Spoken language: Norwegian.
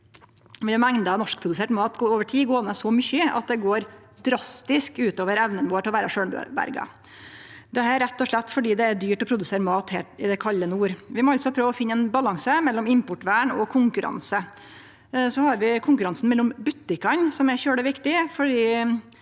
mengda norskprodusert mat over tid gå ned så mykje at det går drastisk utover evna vår til å vere sjølvberga. Det er rett og slett fordi det er dyrt å produsere mat her i det kalde nord. Vi må altså prøve å finne ein balanse mellom importvern og konkurranse. Så har vi konkurransen mellom butikkane, som er svært viktig